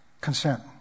consent